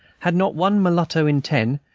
had not one mulatto in ten,